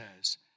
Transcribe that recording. says